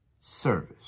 service